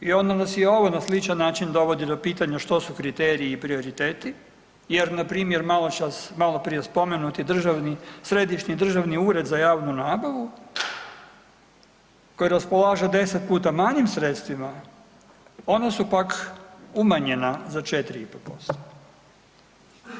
I onda nas i ovo na sličan način dovodi do pitanja što su kriteriji i prioriteti jer npr. malo čas, malo prije spomenuti Državni, Središnji državni ured za javnu nabavu koji raspolaže 10 puta manjim sredstvima ona su pak umanjena za 4,5%